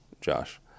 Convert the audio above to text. Josh